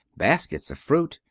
baskets of fruit,